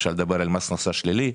אפשר לדבר על מס הכנסה שלילי,